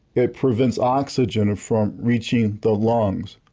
it prevents oxygen from reaching the lungs.